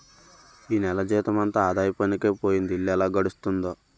ఈ నెల జీతమంతా ఆదాయ పన్నుకే పోయింది ఇల్లు ఎలా గడుస్తుందో